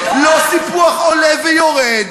לא סיפוח עולה ויורד.